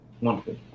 Wonderful